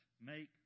make